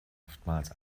oftmals